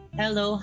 hello